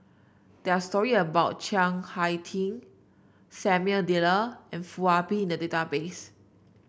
there are stories about Chiang Hai Ding Samuel Dyer and Foo Ah Bee in the database